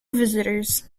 visitors